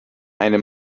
eine